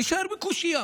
נישאר בקושיה.